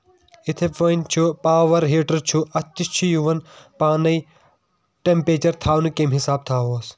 یِتھٕے پٲنۍ چُھ پاور ہیٖٹر چھُ اَتھ تہِ چھُ یِوان پانے ٹمپیچر تھاونہٕ کٔمۍ حِساب تھاوہوس